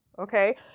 okay